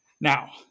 Now